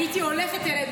הייתי הולכת אליהם,